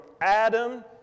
Adam